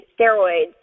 steroids